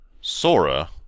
Sora